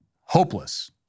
hopeless